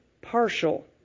partial